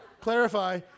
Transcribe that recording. Clarify